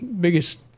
biggest